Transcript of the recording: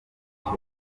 uwo